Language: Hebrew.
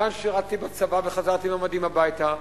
כאן שירתי בצבא וחזרתי עם המדים הביתה.